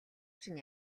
чинь